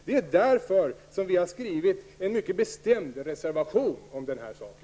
Det är därför som vi har skrivit en mycket bestämd reservation om detta ärende.